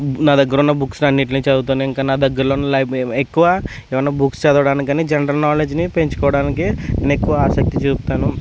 నా దగ్గర ఉన్న బుక్స్ అన్నిటిని చదువుతాను ఇంకా నా దగరలో ఉన్న ఎక్కువ ఏవైనాబుక్స్ చదవడానికి కానీ జనరల్ నాలెడ్జ్ని పెంచుకోడానికి నేను ఎక్కువ ఆశక్తి చూపుతాను